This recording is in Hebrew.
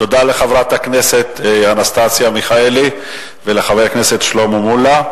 תודה לחברת הכנסת אנסטסיה מיכאלי ולחבר הכנסת שלמה מולה,